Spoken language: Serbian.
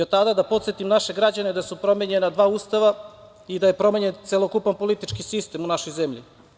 Od tada, da podsetim naše građane, da su promenjena dva Ustava i da je promenjen celokupan politički sistem u našoj zemlji.